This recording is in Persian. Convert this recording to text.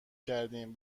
کردیم